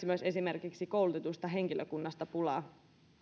myös esimerkiksi koulutetusta henkilökunnasta pulaa